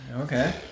Okay